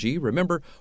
Remember